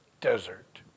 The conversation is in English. desert